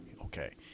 okay